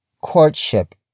courtship